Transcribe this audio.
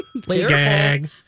gag